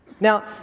Now